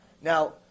Now